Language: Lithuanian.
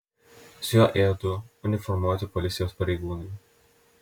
su juo ėjo du uniformuoti policijos pareigūnai